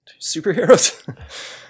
superheroes